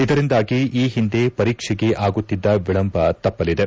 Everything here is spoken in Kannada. ಇದರಿಂದಾಗಿ ಈ ಹಿಂದೆ ಪರೀಕ್ಷೆಗೆ ಆಗುತ್ತಿದ್ದ ವಿಳಂಬ ತಪ್ಪಿಲಿದೆ